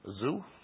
zoo